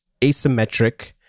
asymmetric